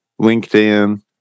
LinkedIn